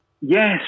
Yes